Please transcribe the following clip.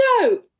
No